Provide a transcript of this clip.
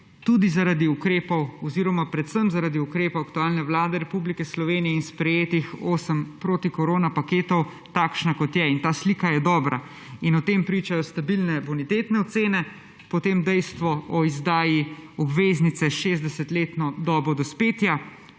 tudi zaradi ukrepov oziroma predvsem zaradi ukrepov aktualne vlade Republike Slovenije in sprejetih osem protikorona paketov takšna, kot je. In ta slika je dobra. In o tem pričajo stabilne bonitetne ocene, potem dejstvo o izdaji obveznice s 60-letno dobo dospetja,